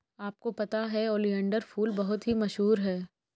आपको पता है ओलियंडर फूल बहुत ही मशहूर है